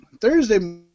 Thursday